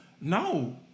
no